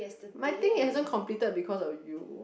my thing haven't completed because of you